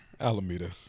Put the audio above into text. Alameda